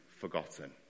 forgotten